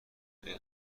این